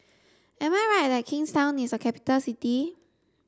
am I right that Kingstown is a capital city